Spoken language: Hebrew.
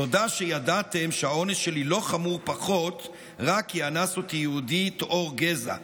תודה שידעתם שהאונס שלי לא חמור פחות רק כי אנס אותי יהודי טהור גזע,